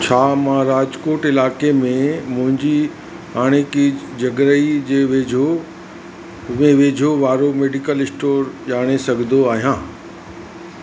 छा मां राजकोट इलाइक़े में मुंहिंजी हाणोकी जॻहि जे वेझो में वेझो वारो मेडिकल स्टोर ॼाणे सघंदो आहियां